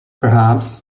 perhaps